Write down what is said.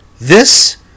this-